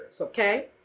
okay